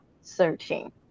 searching